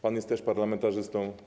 Pan jest też parlamentarzystą.